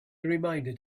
reminded